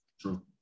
True